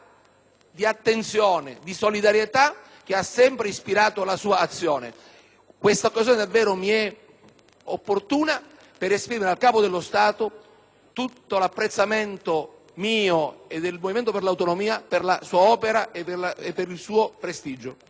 di attenzione e di solidarietà che ha sempre ispirato la sua azione. Questa occasione è davvero opportuna per esprimere al Capo dello Stato tutto l'apprezzamento, mio e del Movimento per l'Autonomia, per la sua opera e per il suo prestigio.